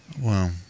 Wow